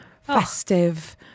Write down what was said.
festive